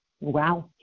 wow